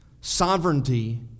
Sovereignty